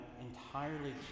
entirely